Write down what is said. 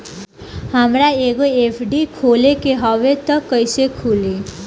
हमरा एगो एफ.डी खोले के हवे त कैसे खुली?